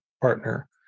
partner